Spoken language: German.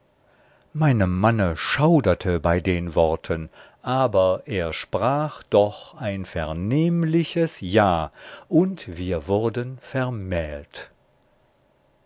meinem manne schauderte bei den worten aber er sprach doch ein vernehmliches ja und wir wurden vermählt